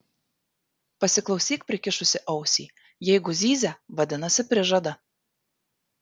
pasiklausyk prikišusi ausį jeigu zyzia vadinasi prižada